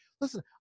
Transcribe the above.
Listen